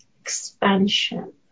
expansion